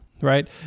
right